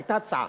היתה הצעה,